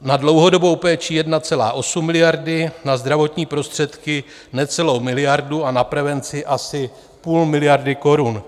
Na dlouhodobou péči 1,8 miliardy, na zdravotní prostředky necelou miliardu a na prevenci asi půl miliardy korun.